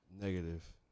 Negative